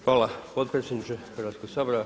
Hvala potpredsjedniče Hrvatskog sabora.